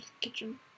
Kitchen